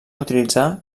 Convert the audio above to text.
utilitzar